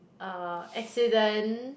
uh accident